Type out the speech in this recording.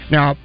Now